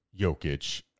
Jokic